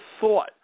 thought